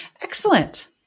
excellent